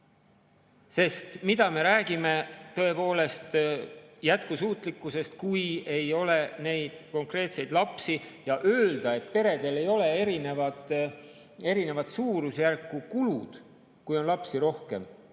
mida me räägime jätkusuutlikkusest, kui ei ole neid konkreetseid lapsi? Ja öelda, et peredel ei ole erinevas suurusjärgus kulud, kui on rohkem